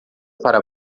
para